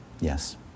Yes